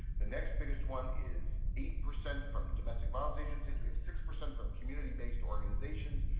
the next biggest one is eight percent from domestic violence agencies. we have six percent from community based organizations,